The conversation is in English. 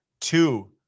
two